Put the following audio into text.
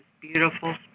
beautiful